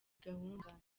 gahunda